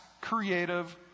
creative